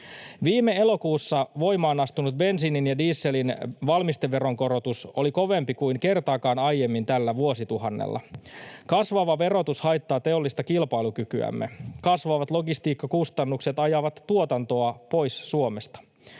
Viime elokuussa voimaan astunut bensiinin ja dieselin valmisteveron korotus oli kovempi kuin kertaakaan aiemmin tällä vuosituhannella. Kasvava verotus haittaa teollista kilpailukykyämme. Kasvavat logistiikkakustannukset ajavat tuotantoa pois Suomesta.